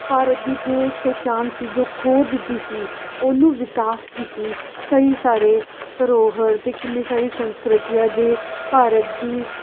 ਭਾਰਤ ਦੀ ਜੋ ਇੱਕ ਪਹਿਚਾਨ ਸੀ ਜੋ ਖੋਹ ਦਿੱਤੀ ਸੀ ਉਹਨੂੰ ਵਿਕਾਸ ਕੀਤੀ ਕਈ ਸਾਰੇ ਧਰੋਹਰ ਅਤੇ ਕਿੰਨੀ ਸਾਰੀ ਸੰਸਕ੍ਰਿਤੀ ਅੱਜ ਇਹ ਭਾਰਤ ਦੀ